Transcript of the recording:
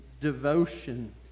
devotion